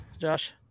Josh